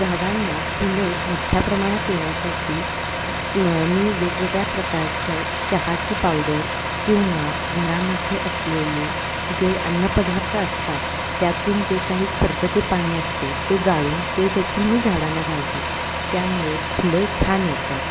झाडांना फुले मोठ्या प्रमाणात येण्यासाठी मग मी वेगवेगळ्या प्रकारच्या चहाची पावडर किंवा घरामध्ये असलेले जे अन्नपदार्थ असतात त्यातून जे काही खरकटे पाणी असते ते गाळून ते देखील मी झाडांना घालते त्यामुळे फुलं छान येतात